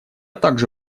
также